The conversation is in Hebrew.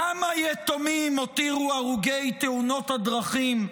כמה יתומים הותירו הרוגי תאונות הדרכים?